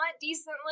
decently